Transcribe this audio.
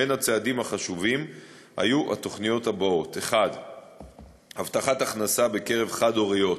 בין הצעדים החשובים היו התוכניות האלה: 1. הבטחת הכנסה בקרב חד-הוריות,